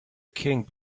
king